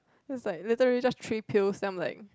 so is like literally just three pills then I'm like